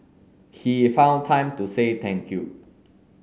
he found time to say thank you